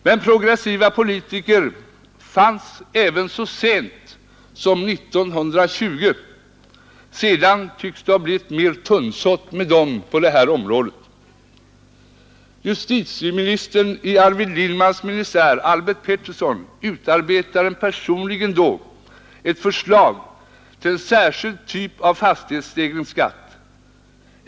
Men progressiva borgerliga politiker fanns även så sent som 1920. Sedan tycks det ha blivit mer tunnsått med dem på det här området. Justitieministern i Arvid Lindmans ministär, Albert Pettersson, utarbetade då personligen ett förslag till en särskild typ av fastighetsstegringsskatt.